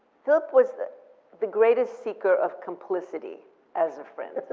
philip was the the greatest seeker of complicity as a friend.